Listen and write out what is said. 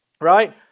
right